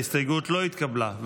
ההסתייגות לא התקבלה.